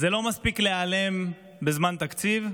זה לא מספיק להיעלם בזמן תקציב.